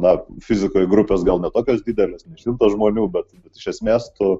na fizikoj grupės gal ne tokios didelės ne šimtas žmonių bet bet iš esmės tu